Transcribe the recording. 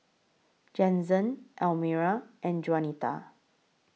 Jensen Almyra and Juanita